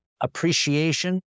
appreciation